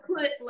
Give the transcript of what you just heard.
put